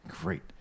great